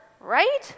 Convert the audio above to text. right